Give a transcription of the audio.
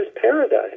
paradise